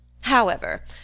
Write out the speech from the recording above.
However